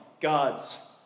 God's